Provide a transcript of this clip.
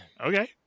Okay